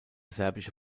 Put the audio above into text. serbische